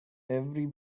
every